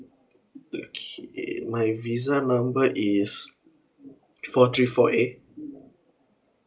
okay my visa member is four three four eight